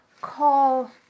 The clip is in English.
call